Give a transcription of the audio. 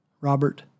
Robert